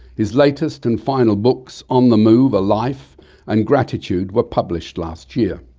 his latest and final books on the move a life and gratitude were published last year.